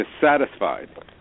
dissatisfied